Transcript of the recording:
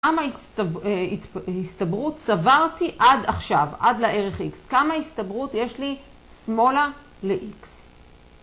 כמה הסתברות צברתי עד עכשיו, עד לערך x, כמה הסתברות יש לי שמאלה ל-x.